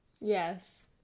yes